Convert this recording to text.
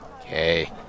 Okay